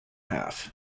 half